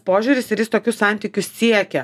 požiūris ir jis tokių santykių siekia